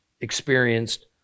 experienced